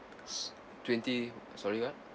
s~ twenty sorry what